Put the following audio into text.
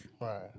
Right